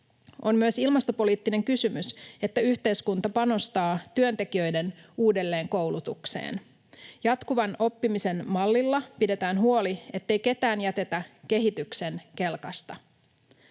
On myös ilmastopoliittinen kysymys, että yhteiskunta panostaa työntekijöiden uudelleenkoulutukseen. Jatkuvan oppimisen mallilla pidetään huoli, ettei ketään jätetä kehityksen kelkasta.